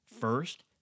First